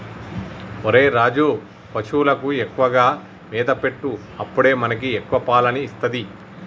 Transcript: ఒరేయ్ రాజు, పశువులకు ఎక్కువగా మేత పెట్టు అప్పుడే మనకి ఎక్కువ పాలని ఇస్తది